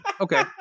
okay